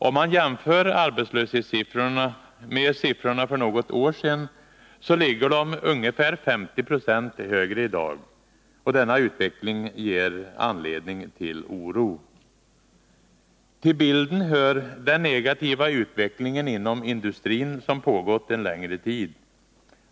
Om man jämför arbetslöshetssiffrorna med siffrorna för något år sedan, finner man att de ligger ungefär 50 96 högre i dag. Denna utveckling ger anledning till oro. Till bilden hör den negativa utvecklingen inom industrin som pågått en längre tid.